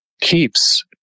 keeps